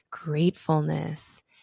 gratefulness